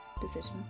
decision